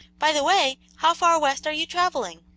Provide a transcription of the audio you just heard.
by the way, how far west are you travelling?